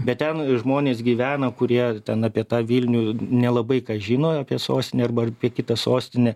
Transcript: bet ten žmonės gyvena kurie ten apie tą vilnių nelabai ką žino apie sostinę arba kitą sostinę